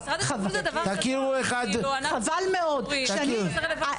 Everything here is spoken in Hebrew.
תכירו אחת את השנייה.